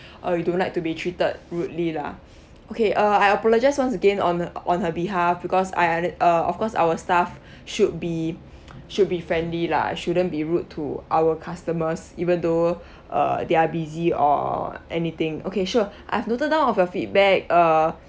uh you don't like to be treated rudely lah okay uh I apologize once again on her on her behalf because I uh of course our staff should be should be friendly lah shouldn't be rude to our customers even though uh they are busy or anything okay sure I've noted down of your feedback uh